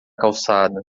calçada